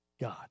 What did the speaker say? God